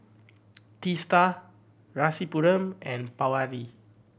Teesta Rasipuram and Pawan Lee